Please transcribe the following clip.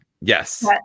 Yes